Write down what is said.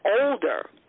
older